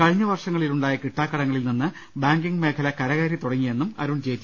കഴിഞ്ഞ വർഷങ്ങളിലുണ്ടായ കിട്ടാക്കടങ്ങളിൽ നിന്ന് ബാങ്കിംഗ് മേഖല കരകയറി തുടങ്ങിയെന്നും ധനമന്ത്രി അറിയിച്ചു